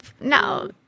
no